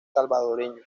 salvadoreño